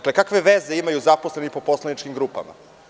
Kakve veze imaju zaposleni po poslaničkim grupama?